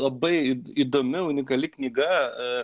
labai įdomi unikali knyga